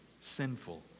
sinful